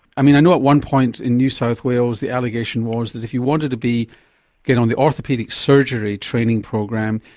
i mean, i know at one point in new south wales the allegation was that if you wanted to get on the orthopaedic surgery training program,